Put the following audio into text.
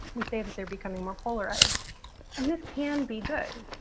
we say that they're becoming more polarized and this can be good.